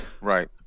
right